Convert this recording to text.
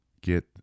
Get